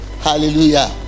Hallelujah